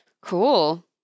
cool